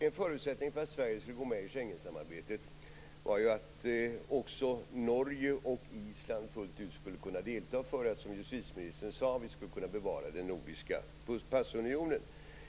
En förutsättning för att Sverige skulle gå med i Schengensamarbetet var dock att också Norge och Island fullt ut skulle kunna delta för att, som justitieministern sade, vi skulle kunna bevara den nordiska passunionen.